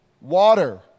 water